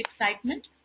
excitement